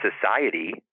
society